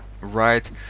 Right